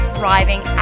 thriving